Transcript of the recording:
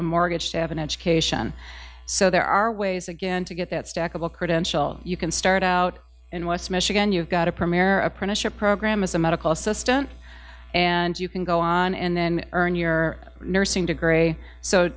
a mortgage to have an education so there are ways again to get that stackable court and you can start out in west michigan you've got a premier apprenticeship program as a medical assistant and you can go on and then earn your nursing degree so